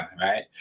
right